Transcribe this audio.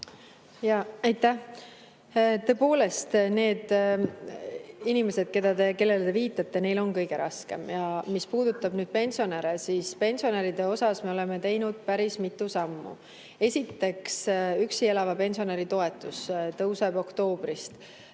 Aitäh! Tõepoolest, nendel inimestel, kellele te viitasite, on kõige raskem. Mis puudutab pensionäre, siis pensionäride [aitamiseks] me oleme teinud päris mitu sammu. Esiteks, üksi elava pensionäri toetus tõuseb oktoobrist,